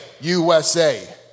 USA